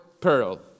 pearl